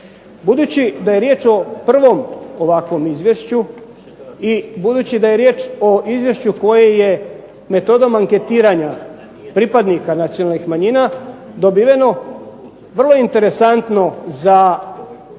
Budući da je riječ o prvom ovakvom izvješću i budući da je riječ o izvješću koje je metodom anketiranja pripadnika nacionalnih manjina dobiveno, vrlo interesantno za